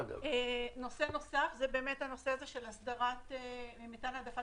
נושא נוסף זה הנושא של הסדרת מתן העדפה